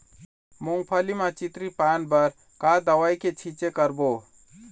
मूंगफली म चितरी पान बर का दवई के छींचे करबो?